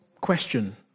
Question